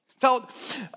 Felt